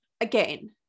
again